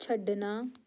ਛੱਡਣਾ